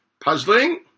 puzzling